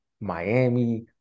Miami